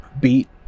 beat